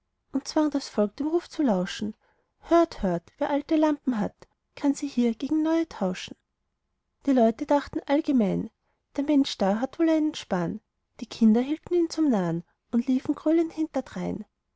und zwang das volk dem ruf zu lauschen hört hört wer alte lampen hat kann hier sie gegen neue tauschen die leute dachten allgemein der mensch da hat wohl einen sparren die kinder hielten ihn zum narren und liefen gröhlend hinterdrein